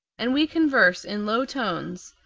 and we converse in low tones,